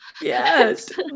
yes